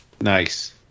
Nice